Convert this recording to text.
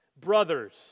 Brothers